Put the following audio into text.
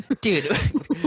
Dude